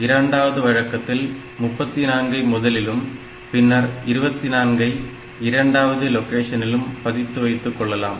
இரண்டாவது வழக்கத்தில் 34 ஐ முதலிலும் பின்னர் 24 ஐ இரண்டாவது லொகேஷனிலும் பதித்து வைத்துக் கொள்ளலாம்